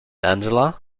angela